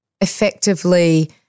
effectively